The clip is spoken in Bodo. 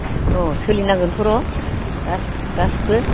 अ सोलिनांगोनथ' र' गासिबो